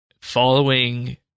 following